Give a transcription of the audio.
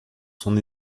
son